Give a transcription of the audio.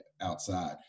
outside